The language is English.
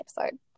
episode